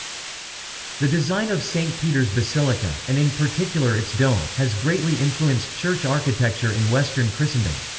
the design of st. peter's basilica, and in particular its dome, has greatly influenced church architecture in western christendom.